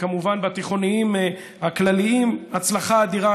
כמובן בתיכונים הכלליים הצלחה אדירה.